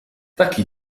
taki